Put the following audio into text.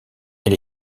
elle